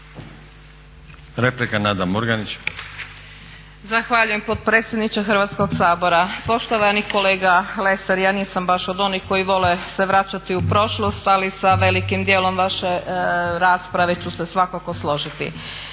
Nada (HDZ)** Zahvaljujem potpredsjedniče Hrvatskog sabora. Poštovani kolega Lesar, ja nisam baš od onih koji se vole baš vraćati u prošlost, ali sa velikim dijelom vaše rasprave ću se svakako složiti.